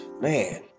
man